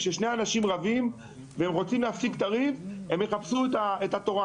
כששני ילדים שרבים רוצים להפסיק את הריב אז הם יחפשו את התורן.